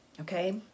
okay